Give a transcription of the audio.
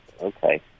okay